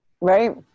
Right